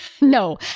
No